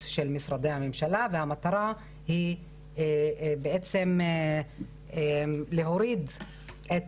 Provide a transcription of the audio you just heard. של משרדי הממשלה והמטרה היא להוריד את